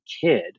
kid